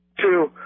Two